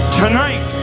tonight